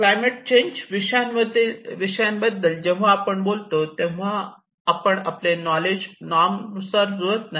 climate change बदलांविषयी जेव्हा आपण बोलतो तेव्हा आपले नॉलेज नॉर्म नुसार जुळत नाही